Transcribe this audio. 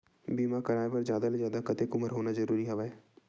बीमा कराय बर जादा ले जादा कतेक उमर होना जरूरी हवय?